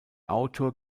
autor